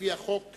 לפי החוק,